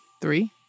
three